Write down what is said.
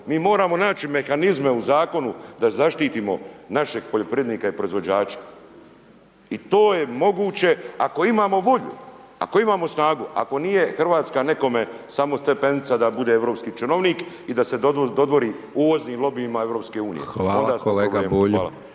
Mi moramo naći mehanizme u zakonu da zaštitimo našeg poljoprivrednika i proizvođača. I to je moguće ako imamo volju, ako imamo snagu, ako nije Hrvatska nekome samo stepenica da bude europski činovnik i da se dodvori uvoznim lobijima EU, onda smo